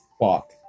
walk